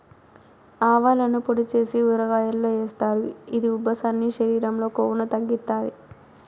ఆవాలను పొడి చేసి ఊరగాయల్లో ఏస్తారు, ఇది ఉబ్బసాన్ని, శరీరం లో కొవ్వును తగ్గిత్తాది